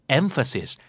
emphasis